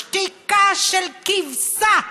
שתיקה של כבשה.